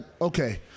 okay